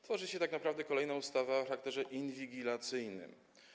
Tworzy się tak naprawdę kolejną ustawę o charakterze inwigilacyjnym.